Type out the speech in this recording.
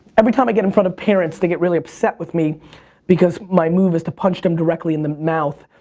every time i get in front of parents, they get really upset with me because my move is to punch them directly in the mouth.